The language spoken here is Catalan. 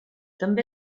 també